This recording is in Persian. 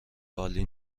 عالی